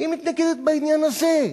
בעניין הזה,